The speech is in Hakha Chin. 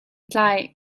tlai